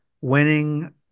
winning